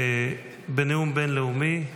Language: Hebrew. בנאום בין-לאומי,